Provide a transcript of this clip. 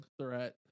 threat